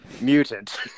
Mutant